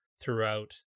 throughout